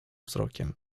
wzrokiem